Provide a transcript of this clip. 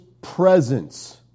presence